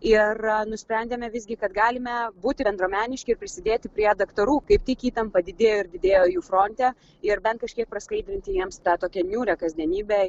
ir nusprendėme visgi kad galime būti bendruomeniški prisidėti prie daktarų kaip tik įtampa didėjo ir didėjo jų fronte ir bent kažkiek praskaidrinti jiems tą tokią niūrią kasdienybę